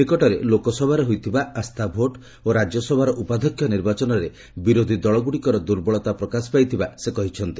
ନିକଟରେ ଲୋକସଭାରେ ହୋଇଥିବା ଆସ୍ଥା ଭୋଟ୍ ଓ ରାଜ୍ୟସଭାର ଉପାଧ୍ୟକ୍ଷ ନିର୍ବାଚନରେ ବିରୋଧ ଦଳଗୁଡ଼ିକର ଦ୍ର୍ବଳତା ପ୍ରକାଶ ପାଇଥିବା ସେ କହିଛନ୍ତି